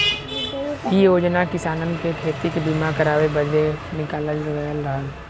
इ योजना किसानन के खेती के बीमा करावे बदे निकालल गयल रहल